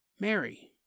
Mary